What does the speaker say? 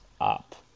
up